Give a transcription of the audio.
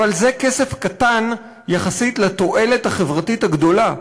אבל זה כסף קטן יחסית לעומת התועלת החברתית הגדולה,